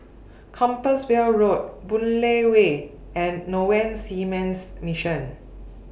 Compassvale Road Boon Lay Way and Norwegian Seamen's Mission